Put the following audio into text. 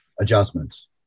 adjustments